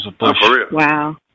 Wow